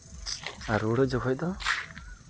ᱟᱨ ᱨᱩᱣᱟᱹᱲᱚᱜ ᱡᱚᱠᱷᱚᱱ ᱫᱚ